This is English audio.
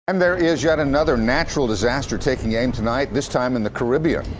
and there is yet another natural disaster taking aim tonight, this time in the caribbean.